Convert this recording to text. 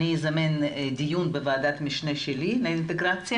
אני אזמן דיון בוועדת משנה שלי לאינטגרציה